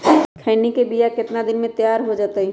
खैनी के बिया कितना दिन मे तैयार हो जताइए?